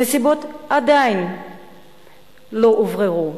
הנסיבות עדיין לא הובררו,